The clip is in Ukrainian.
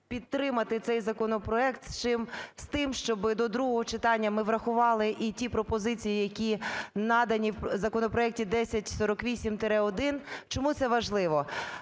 підтримати цей законопроект з тим, щоб до другого читання ми врахували і ті пропозиції, які надані в законопроекті 1048-1. Чому це важливо?